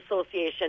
Association